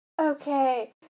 Okay